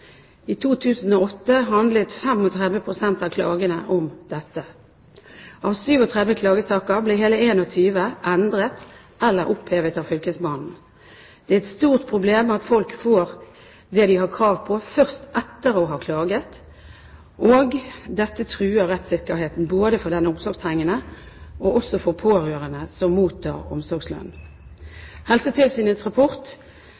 I 2008 handlet 35 pst. av klagene om dette. Av 37 klagesaker ble hele 21 endret eller opphevet av fylkesmannen. Det er et stort problem at folk først etter å ha klaget får det de har krav på. Dette truer rettssikkerheten både til den omsorgstrengende og til pårørende som mottar omsorgslønn. Helsetilsynets rapport viser at de som har pårørende som mottar omsorgslønn,